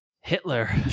Hitler